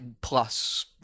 plus